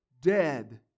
dead